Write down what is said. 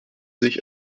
sich